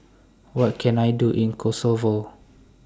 What Can I Do in Kosovo